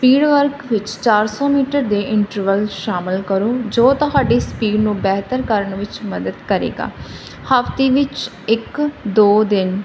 speed work ਵਿੱਚ ਚਾਰ ਸੌ ਮੀਟਰ ਦੇ ਇੰਟਰਵਲ ਸ਼ਾਮਿਲ ਕਰੋ ਜੋ ਤੁਹਾਡੀ ਸਪੀਡ ਨੂੰ ਬਿਹਤਰ ਕਰਨ ਵਿੱਚ ਮਦਦ ਕਰੇਗਾ ਹਫ਼ਤੇ ਵਿੱਚ ਇੱਕ ਦੋ ਦਿਨ